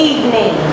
Evening